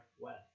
West